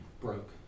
broke